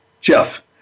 Jeff